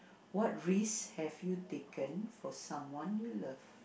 what risk have you taken for someone you love